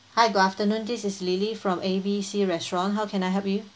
hi good afternoon this is lily from A B C restaurant how can I help you